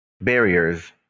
barriers